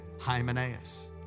Hymenaeus